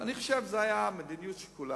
אני חושב שזו היתה מדיניות שקולה,